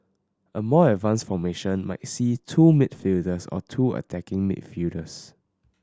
a more advanced formation might see two midfielders or two attacking midfielders